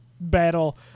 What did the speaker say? battle